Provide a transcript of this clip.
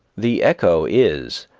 the echo is,